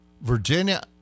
Virginia